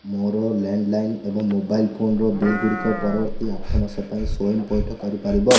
ମୋର landline ଏବଂ mobile ଫୋନର ବିଲ୍ ଗୁଡ଼ିକ ପରବର୍ତ୍ତୀ ଆଠ ମାସ ପାଇଁ ସ୍ଵୟଂ ପଇଠ କରିପାରିବ